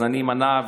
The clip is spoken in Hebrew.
אני אימנע,